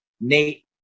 Nate